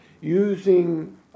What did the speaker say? using